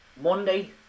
Monday